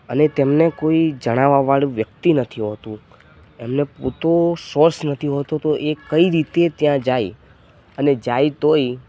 અને તેમને કોઈ જણાવવાવાળું વ્યક્તિ નથી હોતું એમને પૂરતો સોર્સ નથી હોતો તો એ કઈ રીતે ત્યાં જાય અને જાય તોય